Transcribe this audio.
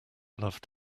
love